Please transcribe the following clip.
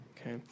Okay